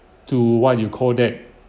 to what you call that